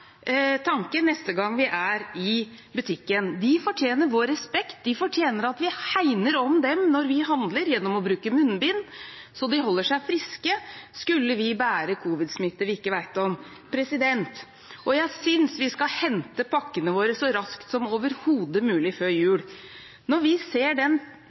neste gang vi er i butikken. De fortjener vår respekt, og de fortjener at vi hegner om dem når vi handler, ved at vi bruker munnbind, så de holder seg friske om vi bærer covid-smitte vi ikke vet om. Og jeg synes vi skal hente pakkene våre så raskt som overhodet mulig før jul. Når vi ser